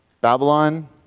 Babylon